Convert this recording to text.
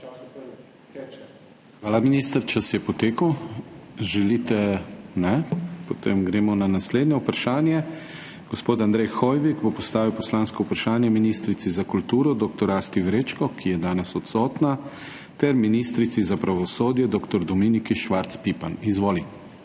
Hvala, minister, čas je potekel. Želite [dopolnitev]? Ne. Potem gremo na naslednje vprašanje. Gospod Andrej Hoivik bo postavil poslansko vprašanje ministrici za kulturo dr. Asti Vrečko, ki je danes odsotna, ter ministrici za pravosodje dr. Dominiki Švarc Pipan. Izvoli.